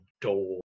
door